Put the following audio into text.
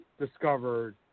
discovered